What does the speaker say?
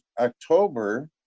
October